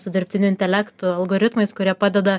su dirbtiniu intelektu algoritmais kurie padeda